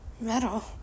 Metal